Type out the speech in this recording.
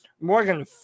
Morgan